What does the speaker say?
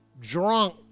drunk